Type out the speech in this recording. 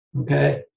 Okay